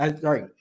Sorry